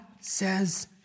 says